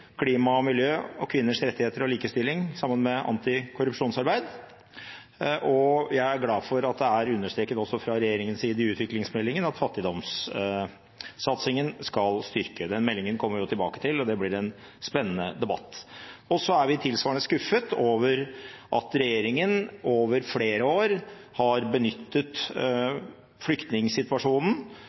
klima og miljø, kvinners rettigheter og likestilling, sammen med antikorrupsjonsarbeid. Jeg er glad for at det er understreket også fra regjeringens side i utviklingsmeldingen at fattigdomssatsingen skal styrkes. Den meldingen kommer vi tilbake til, og det blir en spennende debatt. Så er vi tilsvarende skuffet over at regjeringen over flere år har benyttet flyktningsituasjonen